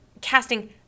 casting